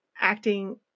acting